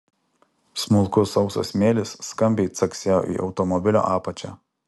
smulkus sausas smėlis skambiai caksėjo į automobilio apačią